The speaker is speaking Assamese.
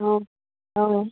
অঁ অঁ